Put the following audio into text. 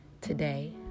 Today